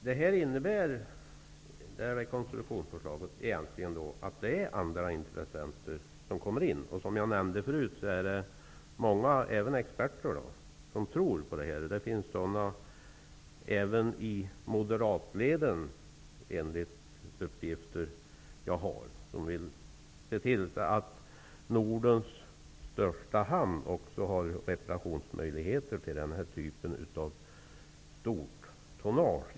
Herr talman! Rekonstruktionsförslaget innebär att andra intressenter kommer in. Som jag tidigare nämnde tror många på det, även experter. Enligt uppgifter som jag har finns det även i moderatled de som vill se till att Nordens största hamn också i framtiden har reparationsmöjligheter när det gäller stortonnage.